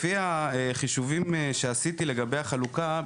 לפי החישובים שעשיתי לגבי החלוקה,